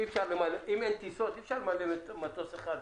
אם אין טיסות, אי אפשר למלא מטוס אחד,